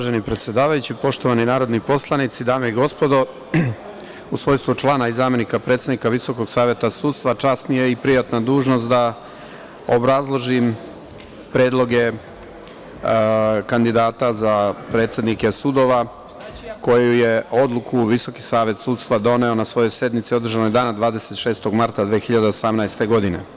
Uvaženi predsedavajući, poštovani narodni poslanici, dame i gospodo, u svojstvu člana i zamenika predsednika Visokog saveta sudstva čast mi je i prijatna dužnost da obrazložim predloge kandidata za predsednike sudova, koju je odluku Visoki savet sudstva doneo na svojoj sednici održanoj dana 26. marta 2018. godine.